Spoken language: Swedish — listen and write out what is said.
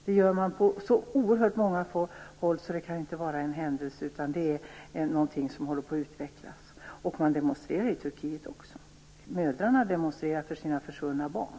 Man gör det på så många håll att det inte kan vara en händelse, utan det måste vara något som håller på att utvecklas. Också i Turkiet demonstrerar man. Mödrarna demonstrerar för sina försvunna barn.